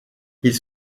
ils